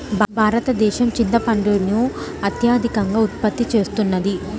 భారతదేశం చింతపండును అత్యధికంగా ఉత్పత్తి చేస్తున్నది